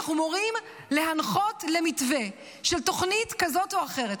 "אנחנו מורים להנחות למתווה של תוכנית כזאת או אחרת".